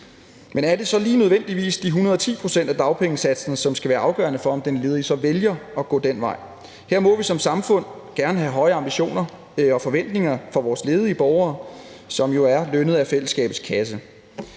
Men er det så lige nødvendigvis de 110 pct. af dagpengesatsen, som skal være afgørende for, om den ledige så vælger at gå den vej? Her må vi som samfund gerne have høje ambitioner for og forventninger til vores ledige borgere, som jo er lønnet af fællesskabets kasse.